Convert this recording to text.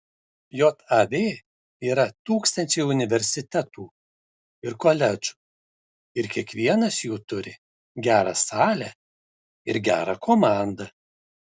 jav yra tūkstančiai universitetų ir koledžų ir kiekvienas jų turi gerą salę ir gerą komandą